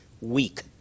week